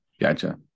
Gotcha